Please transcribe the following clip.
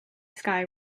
sky